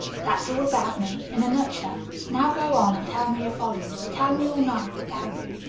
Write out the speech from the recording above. that's all about me, in a nutshell now go on and tell me a volume, tell me all night, about you.